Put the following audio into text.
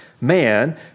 man